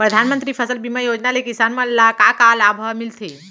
परधानमंतरी फसल बीमा योजना ले किसान मन ला का का लाभ ह मिलथे?